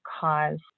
cause